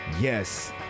Yes